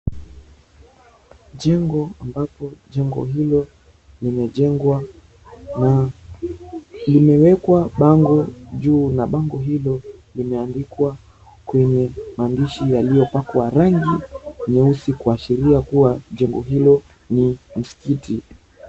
Jengo ambapo jengo hilo limejengwa na limewekwa bango juu na bango hilo limeandikwa kwenye maandishi yaliyopakwa rangi nyeusi kuashiria kuwa jengo hilo ni msikiti.